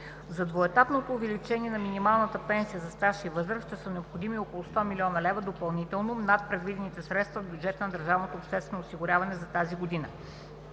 За двуетапното увеличение на минималната пенсия за стаж и възраст ще са необходими около 100 млн. лв. допълнително над предвидените средства в бюджета на държавното